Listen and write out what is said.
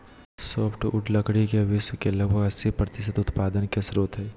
softwood लकड़ी के विश्व के लगभग अस्सी प्रतिसत उत्पादन का स्रोत हइ